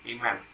Amen